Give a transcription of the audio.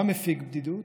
מה מפיג בדידות?